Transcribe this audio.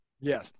Yes